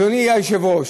אדוני היושב-ראש,